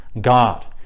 God